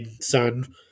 son